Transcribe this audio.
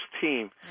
team